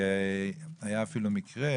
היה אפילו מקרה